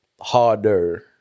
harder